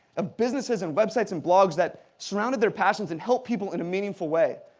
of businesses and websites and blogs that surrounded their passions and helped people in a meaningful way.